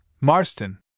Marston